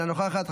אינה נוכחת,